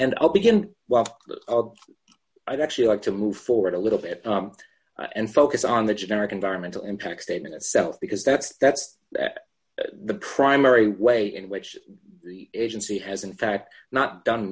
and i'll begin while i'd actually like to move forward a little bit and focus on the generic environmental impact statement itself because that's that's the primary way in which the agency has in fact not done